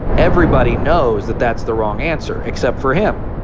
everybody knows that that's the wrong answer except for him.